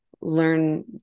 learn